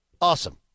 Awesome